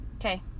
okay